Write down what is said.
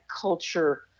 culture